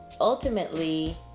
ultimately